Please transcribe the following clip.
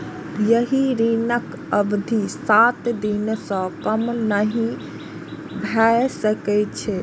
एहि ऋणक अवधि सात दिन सं कम नहि भए सकै छै